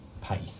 pay